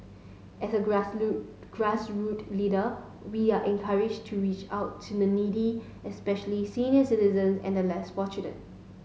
as a grassroot grassroot leader we are encouraged to reach out to the needy especially senior citizens and the less fortunate